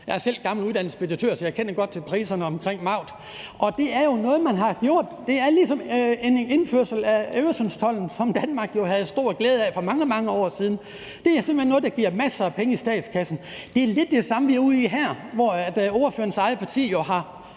Jeg er selv gammel uddannet speditør, så jeg kender godt til priserne på Maut. Det er ligesom indførelsen af Øresundstolden, som Danmark jo havde stor glæde af for mange, mange år siden. Det er simpelt hen noget, der giver masser af penge i statskassen. Det er lidt det samme, vi ude i her, hvor ordførerens eget parti jo